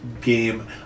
game